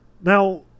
Now